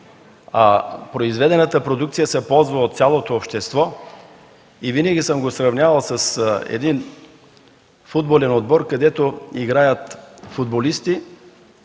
произведената продукция се ползва от цялото общество. Винаги съм я сравнявал с футболен отбор, където играят футболисти,